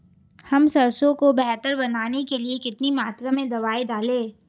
हम सरसों को बेहतर बनाने के लिए कितनी मात्रा में दवाई डालें?